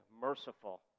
Merciful